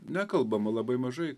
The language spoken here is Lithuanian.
nekalbama labai mažai